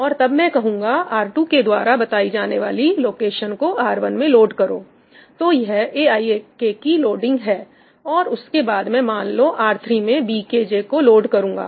और तब मैं कहूंगा R2 के द्वारा बताई जाने वाली लोकेशन को R1 में लोड करो तो यह aik की लोडिंग हैऔर उसके बाद मैं मान लो R3 में bkj को लोड करूंगा